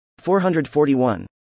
441